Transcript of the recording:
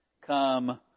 come